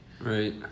Right